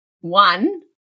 one